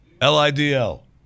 L-I-D-L